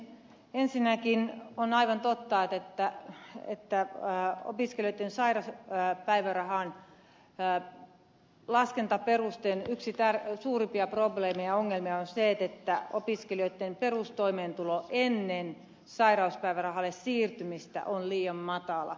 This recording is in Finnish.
ensinnäkin on aivan totta että opiskelijoitten sairauspäivärahan laskentaperusteen yksi suurimpia probleemeja ongelmia on se että opiskelijoitten perustoimeentulo ennen sairauspäivärahalle siirtymistä on liian matala